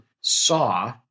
saw